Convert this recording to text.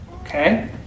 Okay